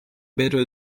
better